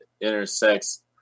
intersects